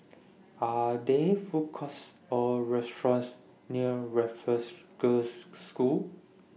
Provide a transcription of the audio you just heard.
Are There Food Courts Or restaurants near Raffles Girls' School